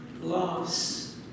loss